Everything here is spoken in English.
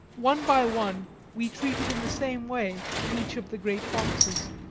one by one we treated in the same way each of the great boxes,